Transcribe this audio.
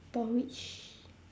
porridge